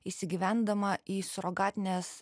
įsigyvendama į surogatinės